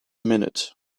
minute